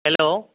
hello